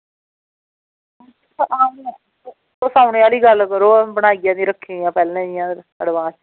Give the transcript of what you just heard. तुस औने आह्ली गल्ल करो अं'ऊ रक्खनी आं इंया बनाइयै एडवांस